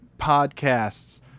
podcasts